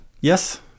Yes